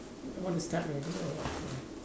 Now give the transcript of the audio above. want to start already or what ya